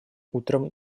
утром